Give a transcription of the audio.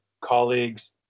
colleagues